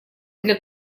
для